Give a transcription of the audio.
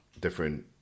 different